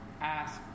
ask